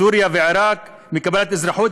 סוריה ועיראק מקבלת אזרחות,